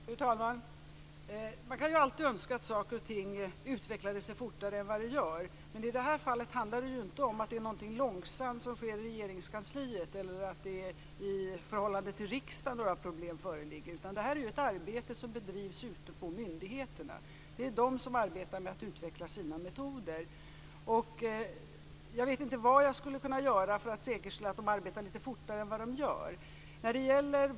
Fru talman! Man kan ju alltid önska att saker och ting utvecklade sig fortare än de gör. Men i det här fallet handlar det ju inte om att det är något långsamt som sker i Regeringskansliet eller om att det föreligger några problem i förhållande till riksdagen. Det här är ju ett arbete som bedrivs ute på myndigheterna. Det är där man arbetar med att utveckla sina metoder. Jag vet inte vad jag skulle kunna göra för att säkerställa att de arbetar lite fortare än de gör.